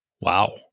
Wow